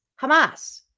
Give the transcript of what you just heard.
Hamas